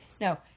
No